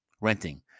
renting